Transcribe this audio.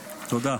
תודה.